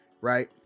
right